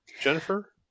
jennifer